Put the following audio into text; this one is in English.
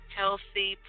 healthy